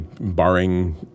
Barring